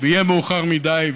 מאוחר מדי.